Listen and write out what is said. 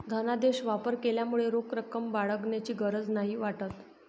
धनादेश वापर केल्यामुळे रोख रक्कम बाळगण्याची गरज नाही वाटत